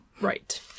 Right